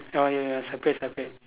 oh ya ya separate separate